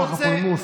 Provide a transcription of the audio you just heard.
רק לצורך הפולמוס.